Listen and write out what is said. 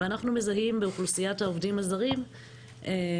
אנחנו מזהים את אוכלוסיית העובדים הזרים ובפרט